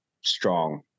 strong